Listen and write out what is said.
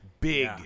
Big